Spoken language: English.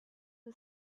who